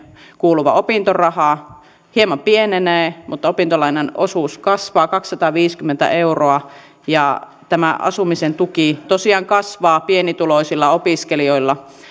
kuuluva opintoraha hieman pienenee mutta opintolainan osuus kasvaa kaksisataaviisikymmentä euroa ja tämä asumisen tuki tosiaan kasvaa pienituloisilla opiskelijoilla